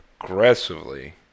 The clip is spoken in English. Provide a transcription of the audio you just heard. aggressively